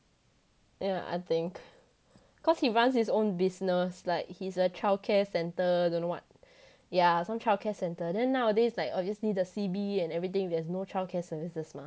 yeah I think cause he runs his own business like he's a childcare centre don't know what yeah some childcare centre then nowadays like obviously the C_B and everything there's no childcare services mah